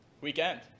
weekend